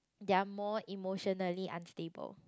they're more emotionally unstable